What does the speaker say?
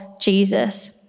Jesus